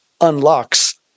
unlocks